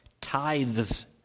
tithes